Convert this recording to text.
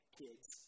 kids